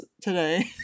today